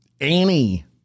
Annie